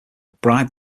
mcbride